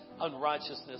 unrighteousness